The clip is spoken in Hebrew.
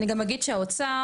אני גם אגיד שהאוצר,